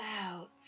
out